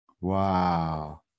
Wow